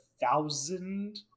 thousand